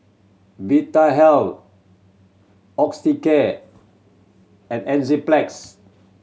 Vitahealth Osteocare and Enzyplex